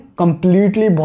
completely